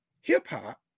hip-hop